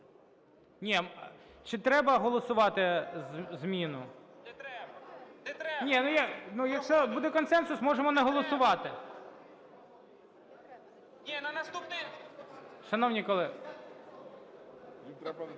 Ні, чи треба голосувати зміну? Ну, якщо буде консенсус, можемо не голосувати. (Шум у залі)